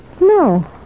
no